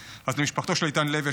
למשפחתו של איתן לוי,